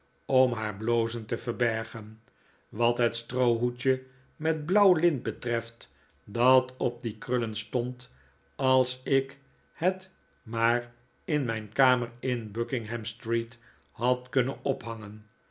om haar blozen te verbergen wat het stroohoedje met blauw lint betreft dat op die krullen stond als ik het maar in mijn kamer in buckingham street had kunnen ophangen